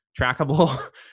trackable